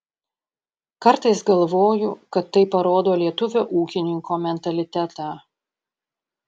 kartais galvoju kad tai parodo lietuvio ūkininko mentalitetą